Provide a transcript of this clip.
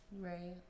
right